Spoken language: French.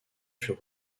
furent